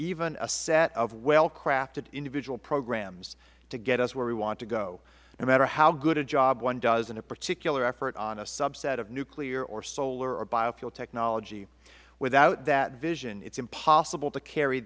even a set of well crafted individual programs to get us where we want to go no matter how good a job one does with a particular effort on a subset of nuclear or solar or biofuel technology without that vision it is impossible to carry